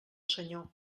senyor